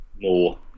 more